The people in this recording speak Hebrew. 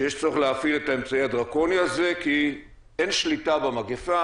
שיש צורך להפעיל את האמצעי הדרקוני הזה כי אין שליטה על המגפה,